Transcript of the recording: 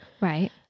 right